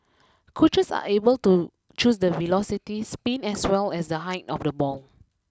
coaches are able to choose the velocity spin as well as the height of the ball